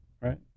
right